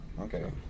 Okay